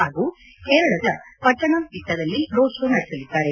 ಹಾಗೂ ಕೇರಳದ ಪಟ್ಟಣಂತಿಟ್ಟದಲ್ಲಿ ರೋಡ್ ಶೋ ನಡೆಸಲಿದ್ದಾರೆ